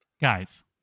guys